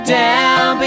down